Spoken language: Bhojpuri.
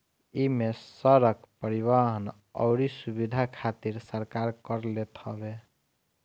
इमे सड़क, परिवहन अउरी सुविधा खातिर सरकार कर लेत हवे